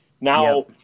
Now